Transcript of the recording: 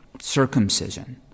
circumcision